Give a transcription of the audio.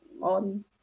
on